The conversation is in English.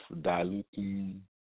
diluting